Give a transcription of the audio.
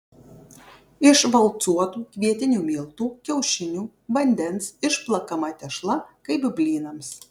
iš valcuotų kvietinių miltų kiaušinių vandens išplakama tešla kaip blynams